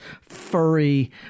furry